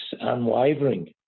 unwavering